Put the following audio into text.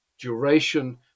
duration